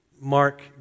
Mark